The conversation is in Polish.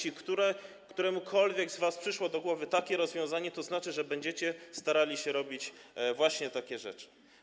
Jeśli któremukolwiek z was przyszło do głowy takie rozwiązanie, to znaczy, że będziecie starali się robić właśnie takie rzeczy.